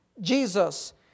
Jesus